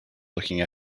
looking